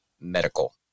medical